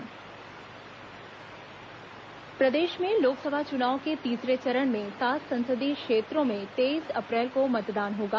Raigarh Lok Sabha profile प्रदेश में लोकसभा चुनाव के तीसरे चरण में सात संसदीय क्षेत्रों मे तेईस अप्रैल को मतदान होगा